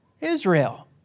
Israel